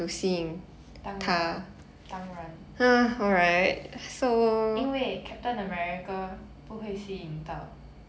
当然当然因为 captain america 不会吸引到